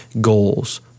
goals